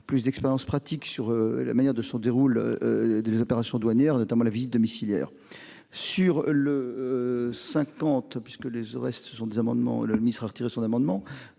plus d'expérience pratique sur la manière de se déroule. Des opérations douanières notamment la visite domiciliaire sur le. Cinq puisque les reste ce sont des amendements.